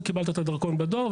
וקיבלת את הדרכון בדואר,